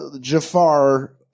Jafar